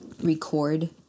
record